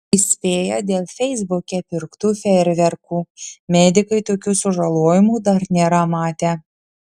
įspėja dėl feisbuke pirktų fejerverkų medikai tokių sužalojimų dar nėra matę